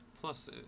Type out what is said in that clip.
Plus